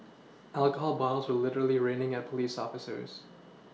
alcohol bottles were literally raining at police officers